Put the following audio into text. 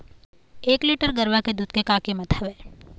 एक लीटर गरवा के दूध के का कीमत हवए?